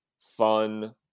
fun